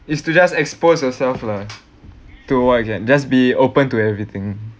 is to just expose yourself lah to what I can just be open to everything